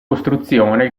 costruzione